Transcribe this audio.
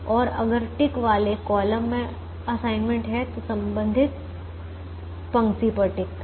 और अगर टिक वाले कॉलम में असाइनमेंट है तो संबंधित पंक्ति पर टिक करें